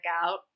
out